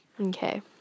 okay